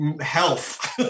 Health